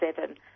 seven